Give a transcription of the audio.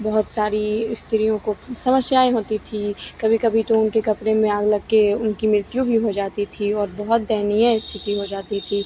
बहुत सारी स्त्रियों को समस्याएं होती थी कभी कभी तो उनके कपड़े में आग लग कर उनकी मृत्यु भी हो जाती थी और बहुत दयनीय स्थिति हो जाती थी